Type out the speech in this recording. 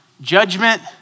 judgment